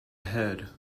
head